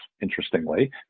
interestingly